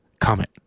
comment